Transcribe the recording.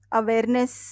awareness